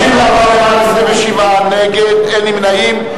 54 בעד, 27 נגד, אין נמנעים.